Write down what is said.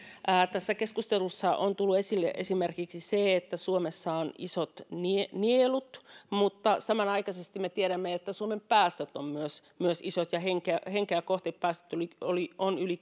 tässä keskustelussa on tullut esille esimerkiksi se että suomessa on isot nielut nielut mutta samanaikaisesti me tiedämme että myös suomen päästöt ovat isot ja henkeä henkeä kohti päästöt ovat yli